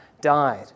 died